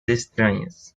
estranhas